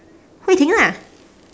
hui ting lah